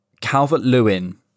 Calvert-Lewin